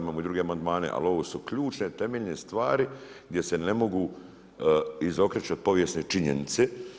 Imamo i druge amandmane, ali ovo su ključne, temeljne stvari gdje se ne mogu izokrećat povijesne činjenice.